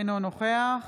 אינו נוכח